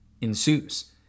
ensues